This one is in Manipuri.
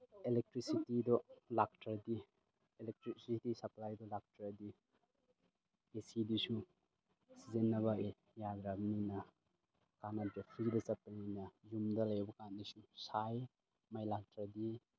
ꯑꯦꯂꯦꯛꯇ꯭ꯔꯤꯁꯤꯇꯤꯗꯣ ꯂꯥꯛꯇ꯭ꯔꯗꯤ ꯑꯦꯂꯦꯛꯇ꯭ꯔꯤꯁꯤꯇꯤ ꯁꯞꯄ꯭ꯂꯥꯏꯗꯣ ꯂꯥꯛꯇ꯭ꯔꯗꯤ ꯑꯦ ꯁꯤꯗꯨꯁꯨ ꯁꯤꯖꯤꯟꯅꯕ ꯌꯥꯗ꯭ꯔꯕꯅꯤꯅ ꯀꯥꯟꯅꯗꯦ ꯐ꯭ꯔꯤꯗ ꯆꯠꯄꯅꯤꯅ ꯌꯨꯝꯗ ꯂꯩꯕ ꯀꯥꯟꯗꯁꯨ ꯁꯥꯏ ꯃꯩ ꯂꯥꯛꯇ꯭ꯔꯗꯤ